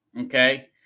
Okay